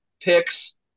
picks